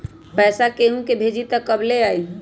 पैसा केहु भेजी त कब ले आई?